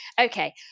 okay